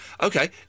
Okay